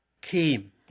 came